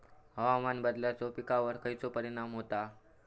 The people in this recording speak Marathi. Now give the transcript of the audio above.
हवामान बदलाचो पिकावर खयचो परिणाम होता?